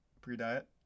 Pre-diet